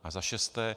A za šesté.